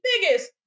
biggest